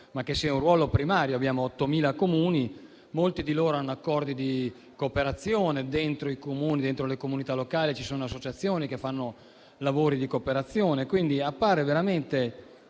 ma che sia un ruolo primario. Abbiamo 8.000 Comuni, molti dei quali hanno accordi di cooperazione, all'interno delle comunità locali ci sono associazioni che fanno lavori di cooperazione, quindi appare veramente